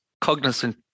cognizant